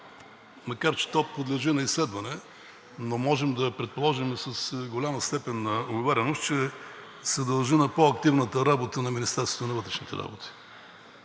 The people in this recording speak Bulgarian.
макар че то подлежи на изследване и можем да предположим с голяма степен на увереност, че се дължи на по-активната работа на Министерството на вътрешните работи.